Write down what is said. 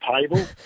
table